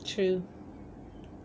true